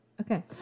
Okay